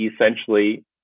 essentially